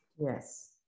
Yes